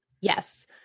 Yes